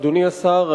אדוני השר,